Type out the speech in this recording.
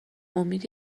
امید